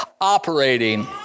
operating